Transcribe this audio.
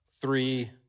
three